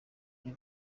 ibi